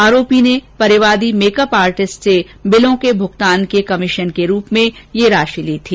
आरोपी ने परिवादी मैकअप आर्टिस्ट से बिलों के भुगतान के कमीशन के रूप में यह राशि ली थी